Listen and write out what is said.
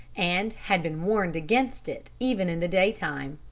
and had been warned against it even in the daytime.